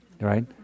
right